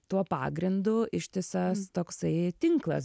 tuo pagrindu ištisas toksai tinklas